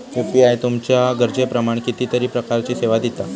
UPI तुमच्या गरजेप्रमाण कितीतरी प्रकारचीं सेवा दिता